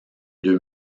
deux